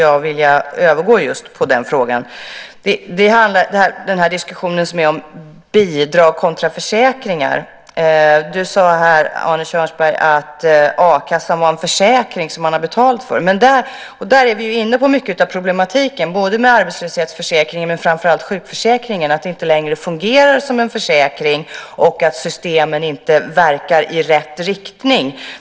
Jag ska gå in på diskussionen om bidrag kontra försäkringar. Arne Kjörnsberg sade att a-kassan var en försäkring som man har betalat till. Där ligger mycket av problematiken med arbetslöshetsförsäkringen och framför allt sjukförsäkringen. De fungerar inte längre som en försäkring. Systemen verkar inte i rätt riktning.